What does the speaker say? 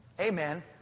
Amen